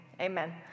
amen